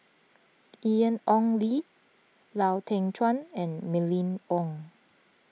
Ian Ong Li Lau Teng Chuan and Mylene Ong